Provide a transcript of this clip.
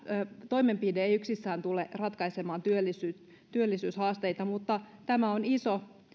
toimenpide ei yksistään tule ratkaisemaan työllisyyshaasteita mutta tämä on iso